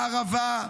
ההרעבה,